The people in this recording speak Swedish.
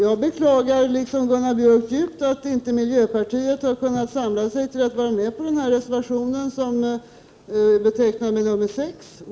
Jag beklagar liksom Gunnar Björk djupt att miljöpartiet inte har kunnat samla sig till att vara med på reservationen 6.